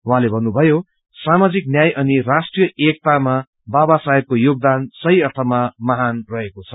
उहाँले भन्नुभयो साामाजिक न्याय अनि राष्ट्रिय एकतामा बाबा साहेबको योगदान सही अप्रिमा महान रहेको छ